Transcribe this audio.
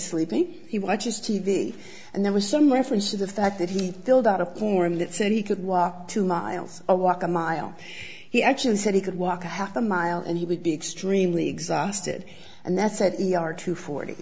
sleeping he watches t v and there was some reference to the fact that he filled out a porn that said he could walk two miles or walk a mile he actually said he could walk a half a mile and he would be extremely exhausted and that's set in our two forty